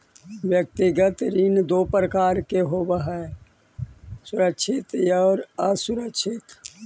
व्यक्तिगत ऋण दो प्रकार के होवऽ हइ सुरक्षित आउ असुरक्षित